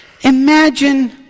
Imagine